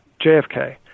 JFK